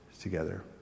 together